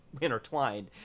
intertwined